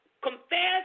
confess